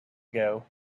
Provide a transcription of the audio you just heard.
ago